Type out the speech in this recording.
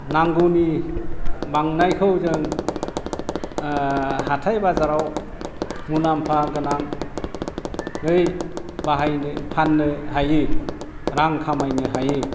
नांगौनि बांनायखौ जों हाथाइ बाजाराव मुलाम्फा गोनाङै बाहायनो फाननो हायो रां खामायनो हायो